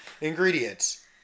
Ingredients